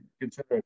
consider